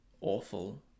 awful